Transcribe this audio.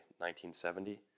1970